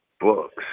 books